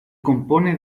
compone